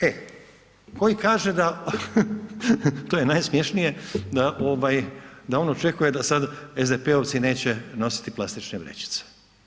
E koji kaže da, to je najsmiješnije da, on očekuje da sad SDP-ovci neće nositi plastične vrećice.